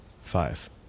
Five